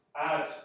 add